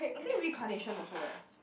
I think reincarnation also eh